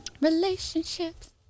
relationships